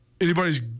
anybody's